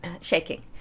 Shaking